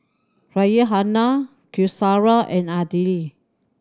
Raihana Qaisara and Aidil